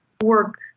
work